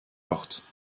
porte